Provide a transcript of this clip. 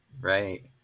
Right